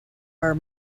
are